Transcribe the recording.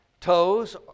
Toes